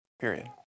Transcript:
period